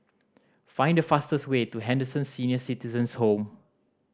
find the fastest way to Henderson Senior Citizens' Home